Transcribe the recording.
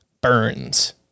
Burns